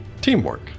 Teamwork